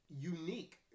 unique